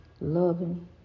loving